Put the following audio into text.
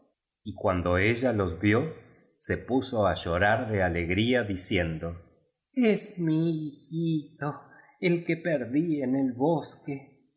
y cuando ella los vio se puso á llorar de alegría di ciendo es mi hijito el que perdí en el bosque